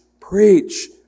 preach